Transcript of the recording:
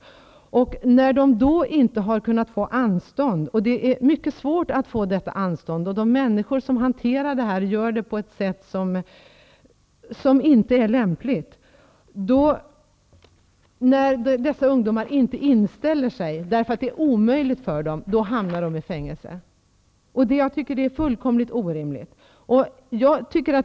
När då dessa ungdomar inte har fått anstånd -- som är mycket svårt att få, och de människor som hanterar dessa ärenden gör det på ett olämpligt sätt -- inte inställer sig för att det är omöjligt för dem, hamnar de i fängelse. Jag tycker att det är fullkomligt orimligt.